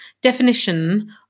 definition